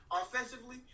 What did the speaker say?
offensively